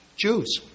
Jews